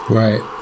right